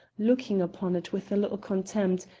looking upon it with a little contempt,